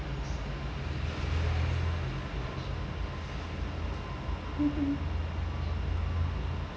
mmhmm